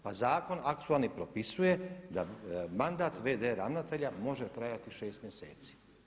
Pa zakon aktualni propisuje da mandat VD ravnatelja može trajati 6 mjeseci.